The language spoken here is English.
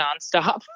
nonstop